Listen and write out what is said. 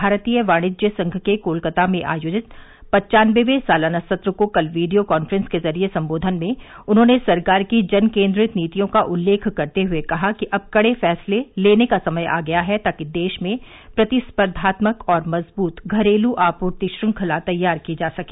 भारतीय वाणिज्य संघ के कोलकाता में आयोजित पन्चानबेवे सालाना सत्र को कल वीडियो कांफ्रेंस के जरिए संबोधन में उन्होंने सरकार की जन केन्द्रित नीतियों का उल्लेख करते हुए कहा कि अब कड़े फैसले लेने का समय आ गया है ताकि देश में प्रतिस्पर्धात्मक और मजबूत घरेलू आपूर्ति श्रंखला तैयार की जा सके